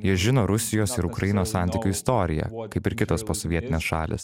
jie žino rusijos ir ukrainos santykių istoriją kaip ir kitos posovietinės šalys